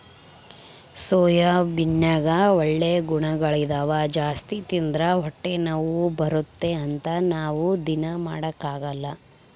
ಸೋಯಾಬೀನ್ನಗ ಒಳ್ಳೆ ಗುಣಗಳಿದ್ದವ ಜಾಸ್ತಿ ತಿಂದ್ರ ಹೊಟ್ಟೆನೋವು ಬರುತ್ತೆ ಅಂತ ನಾವು ದೀನಾ ಮಾಡಕಲ್ಲ